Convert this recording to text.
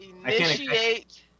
Initiate